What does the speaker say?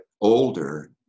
older